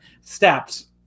steps